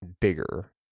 bigger